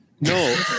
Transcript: No